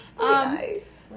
nice